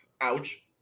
Ouch